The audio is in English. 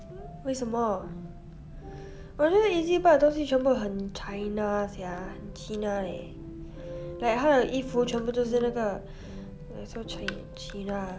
为什么我觉得 Ezbuy 的东西全部很 china sia 很 cheena leh like 它的衣服全部都是那个 like so chee~ cheena